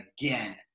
again